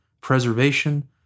preservation